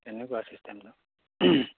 তেনেকুৱা চিষ্টেমটো